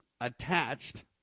attached